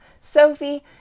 Sophie